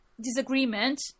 disagreement